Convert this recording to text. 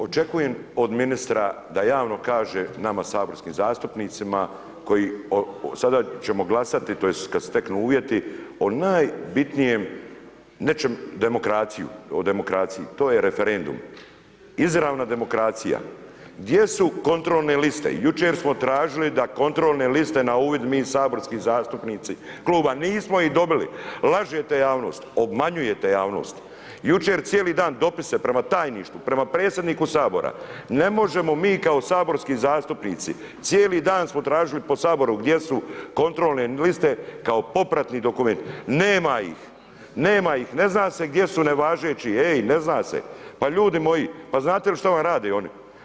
Očekujem od ministra da javno kaže, nama saborskim zastupnicima koji, sada ćemo glasati tj. kad se steknu uvjeti, o najbitnijem nečem demokraciju, o demokraciji, to je referendum, izravna demokracija, gdje su kontrolne liste, jučer smo tražili da kontrolne liste na uvid mi saborski zastupnici kluba, nismo ih dobili, lažete javnost, obmanjujete javnost, jučer cijeli dan dopise prema tajništvu, prema predsjedniku HS, ne možemo mi kao saborski zastupnici, cijeli dan smo tražili po HS gdje su kontrolne liste kao popratni dokument, nema ih, nema ih, ne zna se gdje su nevažeći, ej, ne zna se, pa ljudi moji, pa znate li šta vam rade oni?